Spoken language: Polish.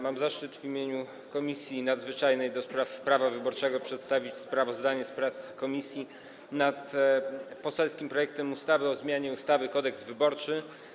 Mam zaszczyt w imieniu Komisji Nadzwyczajnej do spraw prawa wyborczego przedstawić sprawozdanie z prac komisji nad poselskim projektem ustawy o zmianie ustawy Kodeks wyborczy.